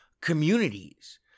communities